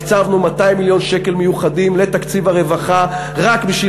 אנחנו כבר הקצבנו 200 מיליון שקל מיוחדים לתקציב הרווחה רק בשביל